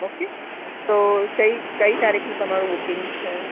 okay તો કઈ કઈ તારીખનું તમારું બુકિંગ છે